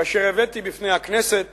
כאשר הבאתי בפני הכנסת